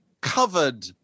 covered